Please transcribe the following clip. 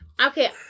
Okay